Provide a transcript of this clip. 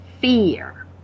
fear